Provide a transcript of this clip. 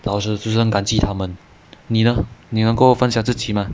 老师就是很感激他们你呢你能够分享自己吗